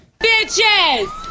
Bitches